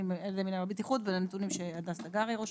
למינהל הבטיחות ולנתונים שהדס תגרי רושמת.